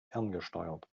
ferngesteuert